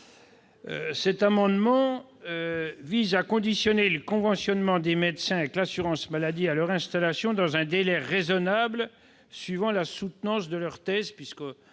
... Il s'agit ici de conditionner le conventionnement des médecins avec l'assurance maladie à leur installation dans un délai raisonnable après la soutenance de leur thèse.